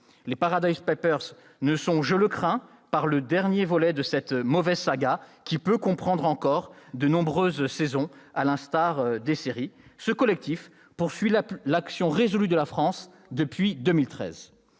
Les « Paradise papers » ne seront pas, je le crains, le dernier volet de cette mauvaise saga, qui peut comprendre encore de nombreuses saisons. Ce collectif poursuit l'action résolue de la France depuis 2013.